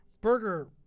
Burger